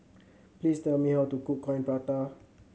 please tell me how to cook Coin Prata